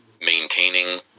maintaining